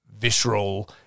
visceral